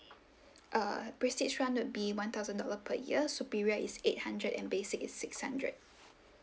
err prestige [one] would be one thousand dollar per year superior is eight hundred and basic is six hundred